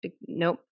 Nope